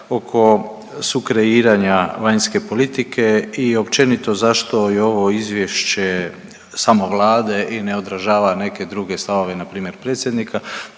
oko sukreiranja vanjske politike i općenito i zašto i ovo izvješće samo Vlade i ne odražava neke druge stavove npr. predsjednika,